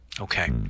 okay